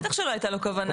בטח שלא הייתה לו כוונה.